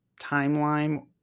timeline